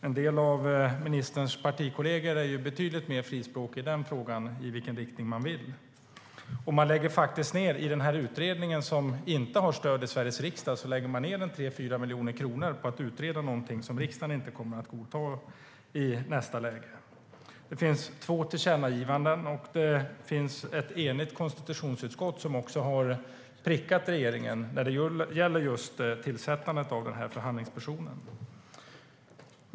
En del av ministerns partikollegor är betydligt mer frispråkiga i den frågan när det gäller vilken riktning man vill gå i. I utredningen, som inte har stöd i Sveriges riksdag, lägger man ned 3-4 miljoner kronor på att utreda någonting riksdagen inte kommer att godta i nästa läge. Det finns två tillkännagivanden, och ett enigt konstitutionsutskott har prickat regeringen när det gäller just tillsättandet av den här förhandlingspersonen.